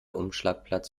umschlagplatz